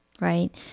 right